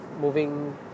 moving